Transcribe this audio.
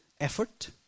Effort